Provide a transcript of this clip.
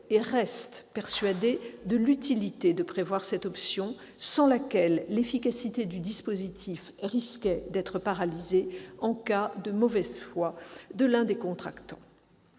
et reste persuadé de l'utilité de prévoir cette option, sans laquelle l'efficacité du dispositif risquait d'être paralysée en cas de mauvaise foi de l'un des contractants.